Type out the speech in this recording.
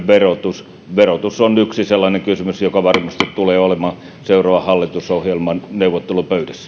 verotus verotus on yksi sellainen kysymys joka varmasti tulee olemaan seuraavan hallitusohjelman neuvottelupöydässä